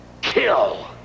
kill